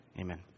Amen